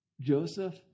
Joseph